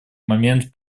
момент